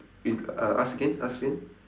wint~ uh ask again ask again